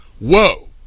Whoa